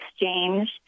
exchange